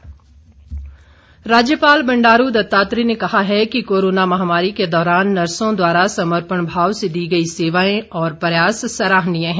राज्यपाल राज्यपाल बंडारू दत्तात्रेय ने कहा है कि कोरोना महामारी के दौरान नर्सों द्वारा समर्पण भाव से दी गई सेवाएं और प्रयास सराहनीय हैं